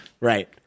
Right